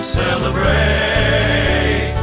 celebrate